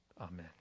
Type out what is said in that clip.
amen